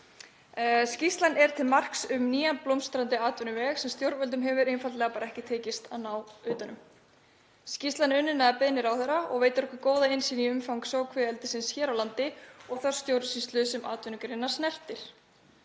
Skýrslan er til marks um nýjan blómstrandi atvinnuveg sem stjórnvöldum hefur einfaldlega ekki tekist að ná utan um. Skýrslan er unnin að beiðni ráðherra og veitir okkur góða innsýn í umfang sjókvíaeldisins hér á landi og þá stjórnsýslu sem atvinnugreinina snertir.